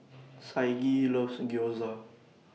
Saige loves Gyoza